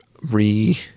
re